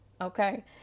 okay